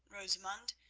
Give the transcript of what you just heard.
rosamund.